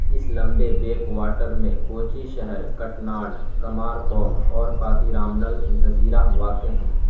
اس لمبے backwater میں کوچی شہر کٹناڈ کمارکوم اور پاتیرامنل جزیرہ واقع ہیں